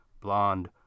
blonde